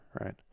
right